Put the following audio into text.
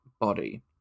body